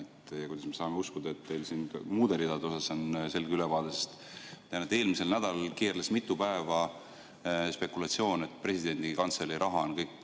Kuidas me saame uskuda, et teil muude ridade osas on selge ülevaade? Ma tean, et eelmisel nädalal keerles mitu päeva spekulatsioon, et presidendi kantselei raha on kõik